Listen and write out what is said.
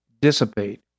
dissipate